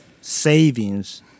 savings